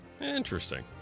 Interesting